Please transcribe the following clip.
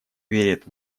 верит